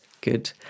Good